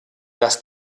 dass